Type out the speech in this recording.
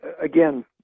again